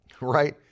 right